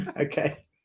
Okay